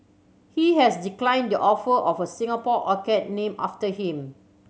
he has declined the offer of a Singapore orchid named after him